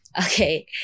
okay